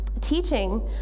teaching